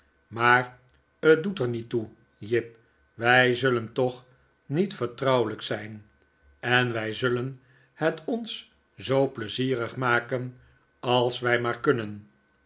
maar t doet er niet toe jip wij zullen toch niet vertrouwelijk zijn en wij zullen het ons zoo pleizierig maken als wij maar kunnen